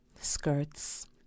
Skirts